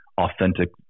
authentic